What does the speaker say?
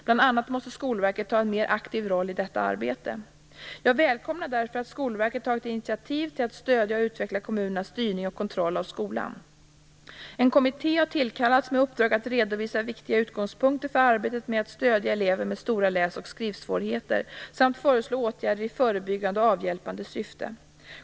Bl.a. måste Skolverket ta en mer aktiv roll i detta arbete. Jag välkomnar därför att Skolverket tagit initiativ till att stödja och utveckla kommunernas styrning och kontroll av skolan. En kommitté har tillkallats med uppdrag att redovisa viktiga utgångspunkter för arbetet med att stödja elever med stora läs och skrivsvårigheter samt föreslå åtgärder i förebyggande och avhjälpande syfte.